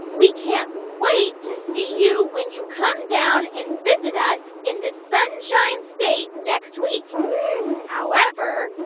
we can't wait to see you when you come down and visit us in the sunshine state next week however,